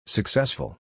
Successful